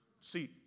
See